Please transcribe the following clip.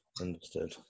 Understood